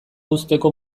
uzteko